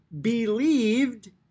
believed